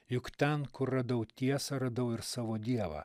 juk ten kur radau tiesą radau ir savo dievą